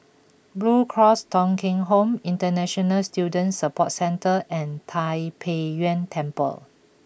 Blue Cross Thong Kheng Home International Student Support Centre and Tai Pei Yuen Temple